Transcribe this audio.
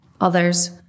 others